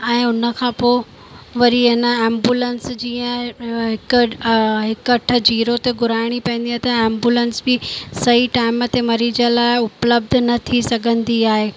ऐं उन खां पोइ वरी हिन एम्बूलेंस जीअं हिकु इकहठि जीरो ते घुराइणी पवंदी आहे त एम्बूलेंस बि सही टाइम ते मरीज लाइ उपलब्ध न थी सघंदी आहे